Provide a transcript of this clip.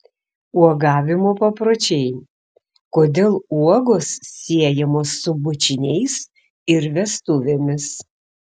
uogavimo papročiai kodėl uogos siejamos su bučiniais ir vestuvėmis